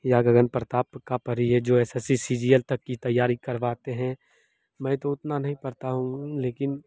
या गगन प्रताप की पढ़िए जो S S C C G L तक की तैयारी करवाते हैं मैं तो उतना नहीं पढ़ता हूँ लेकिन